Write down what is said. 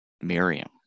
Miriam